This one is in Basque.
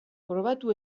probatu